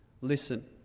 listen